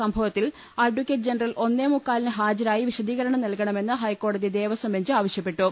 സംഭവത്തിൽ advocate general ഒന്നേമുക്കാലിന് ഹാജ രായി വിശദീകരണം നൽകണമെന്ന് ഹൈക്കോടതി ദേവസ്വം ബെഞ്ച് ആവശ്യപ്പെട്ടു